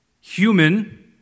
human